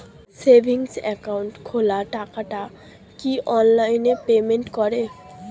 Savings account খোলা টাকাটা কি অনলাইনে পেমেন্ট করে?